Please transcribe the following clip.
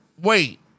Wait